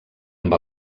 amb